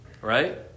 Right